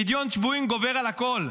פדיון שבויים גובר על הכול,